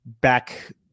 back